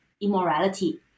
immorality